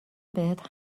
بهت